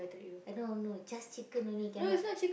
uh no no just chicken only cannot